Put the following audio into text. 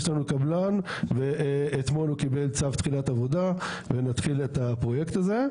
יש לנו קבלן ואתמול הוא קיבל צו תחילת עבודה ונתחיל את הפרויקט הזה.